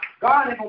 God